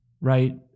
right